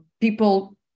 people